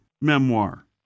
memoir